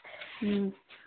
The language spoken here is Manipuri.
ꯎꯝ